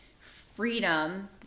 freedom